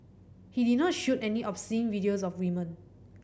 he did not shoot any obscene videos of woman